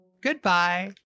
Goodbye